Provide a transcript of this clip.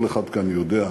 כל אחד כאן יודע,